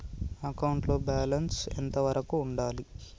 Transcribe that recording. Accounting లో balance ఎంత వరకు ఉండాలి?